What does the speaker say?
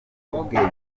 ubwenge